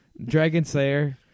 Dragonslayer